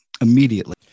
immediately